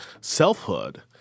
selfhood